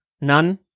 none